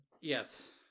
Yes